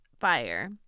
fire